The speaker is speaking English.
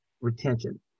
retention